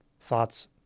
thoughts